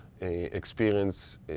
experience